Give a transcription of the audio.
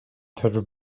hundred